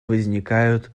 возникают